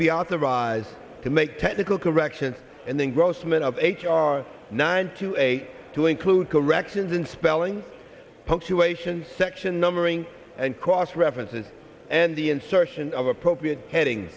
be authorized to make technical corrections and then grossman of h r nine to a to include corrections in spelling punctuation section numbering and cross references and the insertion of appropriate heading